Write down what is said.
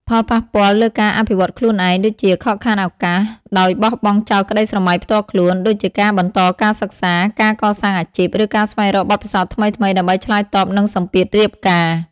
ផលប៉ះពាល់លើការអភិវឌ្ឍខ្លួនឯង ដូចជាខកខានឱកាស ដោយបោះបង់ចោលក្តីស្រមៃផ្ទាល់ខ្លួន ដូចជាការបន្តការសិក្សា ការកសាងអាជីព ឬការស្វែងរកបទពិសោធន៍ថ្មីៗ ដើម្បីឆ្លើយតបនឹងសម្ពាធរៀបការ ។